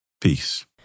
Peace